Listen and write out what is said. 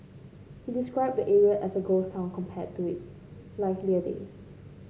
he described the area as a ghost town compared to its livelier days